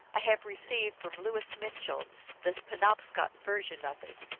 i have received from louis mitchell the pe nobscot version of it.